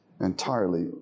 entirely